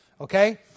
Okay